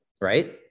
Right